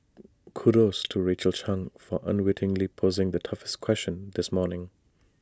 kudos to Rachel chang for unwittingly posing the toughest question this morning